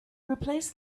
replace